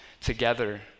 together